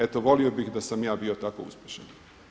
Eto volio bih da sam ja bio tako uspješan.